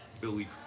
Billy